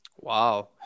Wow